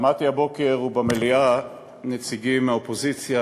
שמעתי הבוקר במליאה נציגים מהאופוזיציה